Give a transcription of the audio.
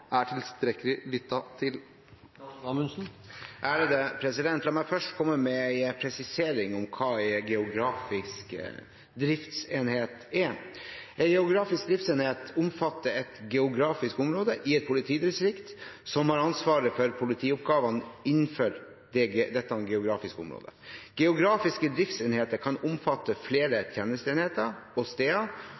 er tilstrekkelig lyttet til?» La meg først komme med en presisering av hva en geografisk driftsenhet er. En geografisk driftsenhet omfatter et geografisk område i et politidistrikt som har ansvaret for politioppgavene innenfor dette geografiske området. Geografiske driftsenheter kan omfatte flere tjenesteenheter og